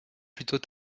plutôt